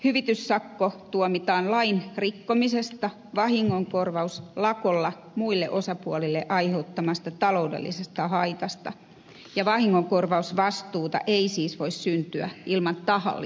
hyvityssakko tuomitaan lain rikkomisesta vahingonkorvaus lakolla muille osapuolille aiheutetusta taloudellisesta haitasta ja vahingonkorvausvastuuta ei siis voi syntyä ilman tahallisuutta